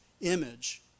image